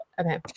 Okay